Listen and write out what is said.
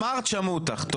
נעמה, אמרת, שמעו אותך.